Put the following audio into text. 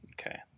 Okay